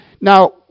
now